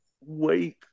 wait